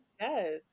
Yes